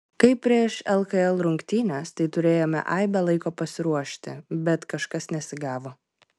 kaip prieš lkl rungtynes tai turėjome aibę laiko pasiruošti bet kažkas nesigavo